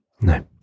No